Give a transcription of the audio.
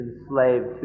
enslaved